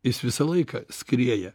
jis visą laiką skrieja